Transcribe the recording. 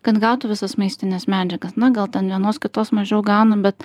kad gautų visas maistines medžiagas na gal ten vienos kitos mažiau gauna bet